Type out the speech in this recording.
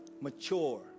mature